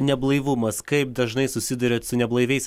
neblaivumas kaip dažnai susiduriat su neblaiviais